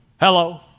hello